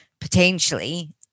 potentially